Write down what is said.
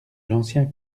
l’ancien